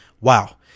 Wow